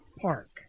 Park